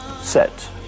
set